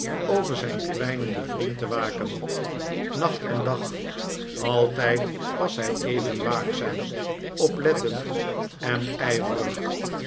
over zijn kwijnenden vriend te waken nacht en dag altijd was hij even waakzaam oplettend en ijverig